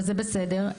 וזה בסדר,